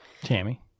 Tammy